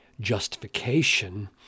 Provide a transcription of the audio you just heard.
justification